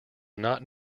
not